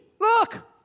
look